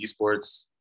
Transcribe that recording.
esports